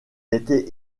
était